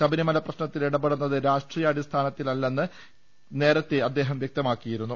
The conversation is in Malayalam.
ശബരിമല പ്രശ്നത്തിൽ ഇടപെടുന്നത് രാഷ്ട്രീയാടിസ്ഥാനത്തിലല്ലെന്ന് നേ രത്തെ അദ്ദേഹം വൃക്തമാക്കിയിരുന്നു